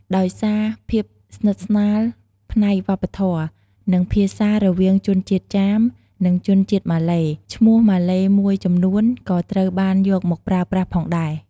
ដោយសារភាពស្និទ្ធស្នាលផ្នែកវប្បធម៌ និងភាសារវាងជនជាតិចាម និងជនជាតិម៉ាឡេ ឈ្មោះម៉ាឡេមួយចំនួនក៏ត្រូវបានយកមកប្រើប្រាស់ផងដែរ។